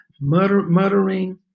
muttering